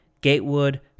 Gatewood